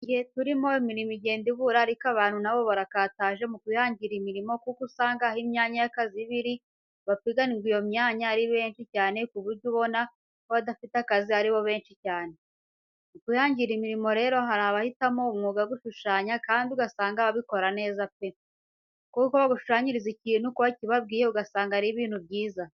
Mu gihe turimo imirimo igenda ibura ariko abantu nabo barakataje mu kwihangira imirimo kuko uba usanga aho imyanya y'akazi iri ababa bapiganira iyo myanya aba ari benshi cyane ku buryo ubona ko abadafite akazi ari benshi cyane. Mu kwihangira imirimo rero harimo abahitamo umwuga wo gushushanya kandi ugasanga babikora neza pe, kuko bagushanyiriza ikintu uko wakibabwiye ugasanga ari ibintu byiza.